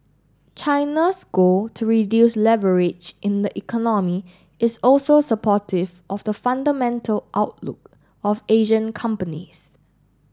China's goal to reduce leverage in the economy is also supportive of the fundamental outlook of Asian companies